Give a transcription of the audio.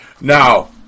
Now